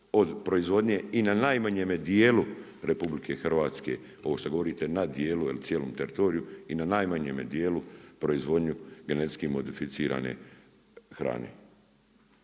od proizvodnje i na najmanjemu dijelu RH, ovo što govorite na dijelu, ili cijelom teritoriju, i na najmanjemu dijelu proizvodnju genetski modificirane hrane.